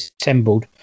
assembled